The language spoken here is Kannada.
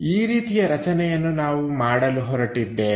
ಈ ರೀತಿಯ ರಚನೆಯನ್ನು ನಾವು ಮಾಡಲು ಹೊರಟಿದ್ದೇವೆ